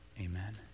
Amen